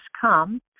come